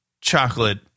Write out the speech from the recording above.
chocolate